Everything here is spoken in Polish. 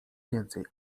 więcej